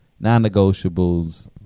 non-negotiables